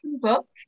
book